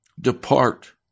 Depart